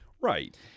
Right